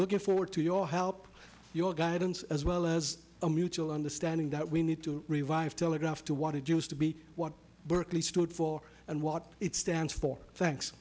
looking forward to your help your guidance as well as a mutual understanding that we need to revive telegraph to want to do is to be what berkeley stood for and what it stands for thanks